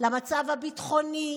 למצב הביטחוני,